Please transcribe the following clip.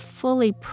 fully